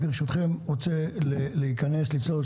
ברשותכם, אנחנו נחלק את הדיון היום למספר